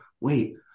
wait